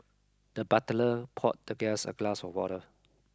the butler poured the guest a glass of water